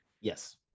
yes